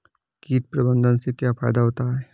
कीट प्रबंधन से क्या फायदा होता है?